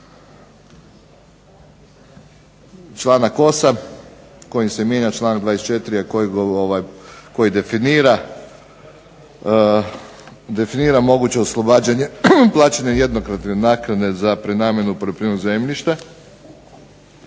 članak 8. kojim se mijenja članak 24., a koji definira moguće oslobađanje plaćanja jednokratne naknade za prenamjenu poljoprivrednog zemljišta.